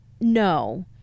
no